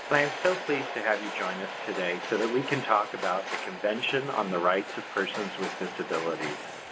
i am so pleased to have you join us today so that we can talk about the convention on the rights of persons with disabilities.